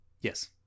Yes